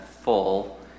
full